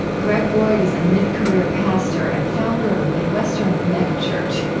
greg boyd is a mid-career pastor and founder of a midwestern megachurch.